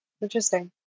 Interesting